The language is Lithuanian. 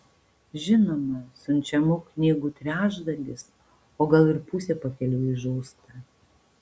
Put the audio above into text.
žinoma siunčiamų knygų trečdalis o gal ir pusė pakeliui žūsta